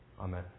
Amen